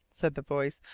said the voice.